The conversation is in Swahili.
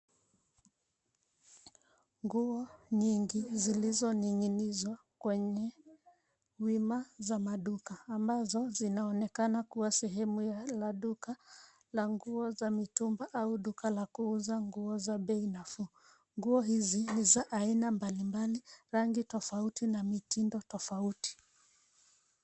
Nguo nyingi zilizoning'inizwa kwenye wima za maduka, ambazo zinaonekana kua sehemu la duka la nguo za mitumba au duka la kuuza nguo za bei nafuu. Nguo hizi ni za aina mbali mbali, rangi tofauti, na mitindo tofauti.